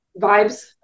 vibes